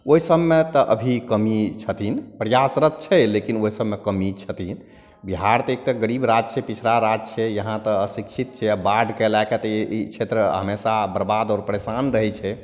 ओहिसबमे तऽ अभी कमी छथिन प्रयासरत छै लेकिन ओहिसबमे कमी छथिन बिहार तऽ एक तऽ गरीब राज्य छै पिछड़ा राज्य छै यहाँ तऽ अशिक्षित छै आओर बाढ़िके लैके तऽ ई क्षेत्र हमेशा बरबाद आओर परेशान रहै छै